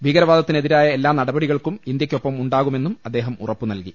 ഭീകരവാദത്തിനെതിരായ എല്ലാ നടപ ടികൾക്കും ഇന്ത്യക്കൊപ്പം ഉണ്ടാകുമെന്നും അദ്ദേഹം ഉറപ്പു നൽകി